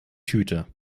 tüte